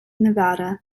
nevada